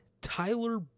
Tyler